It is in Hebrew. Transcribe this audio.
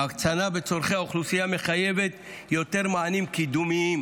ההקצנה בצורכי האוכלוסייה מחייבת יותר מענים קידומיים,